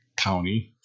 County